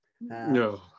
No